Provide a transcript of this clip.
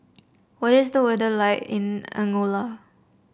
what is the weather like in Angola